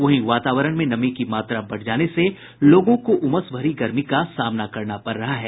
वहीं वातावरण में नमी की मात्रा बढ़ जाने से लोगों को उमस भरी गर्मी का सामना करना पड़ रहा है